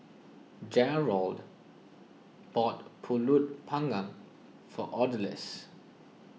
Jerrold bought Pulut Panggang for Odalis